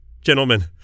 Gentlemen